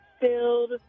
filled